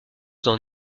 dans